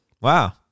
Wow